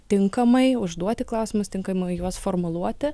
tinkamai užduoti klausimus tinkamai juos formuluoti